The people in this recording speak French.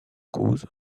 cause